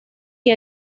que